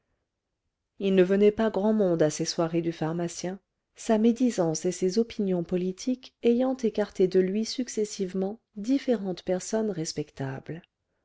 il ne venait pas grand monde à ces soirées du pharmacien sa médisance et ses opinions politiques ayant écarté de lui successivement différentes personnes respectables